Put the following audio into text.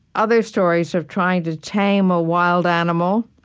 other stories of trying to tame a wild animal,